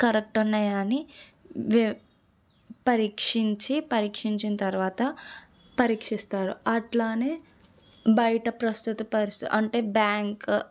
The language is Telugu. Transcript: కరెక్ట్ ఉన్నాయా అని పరీక్షించి పరీక్షించిన తరువాత పరీక్షిస్తారు అట్లానే బయట ప్రస్తుత పరిస్థితి అంటే బ్యాంక్